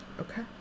Okay